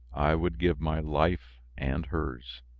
i would give my life and hers.